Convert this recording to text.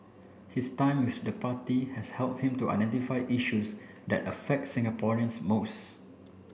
his time with the party has help him to identify issues that affect Singaporeans most